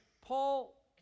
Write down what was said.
Paul